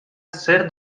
zer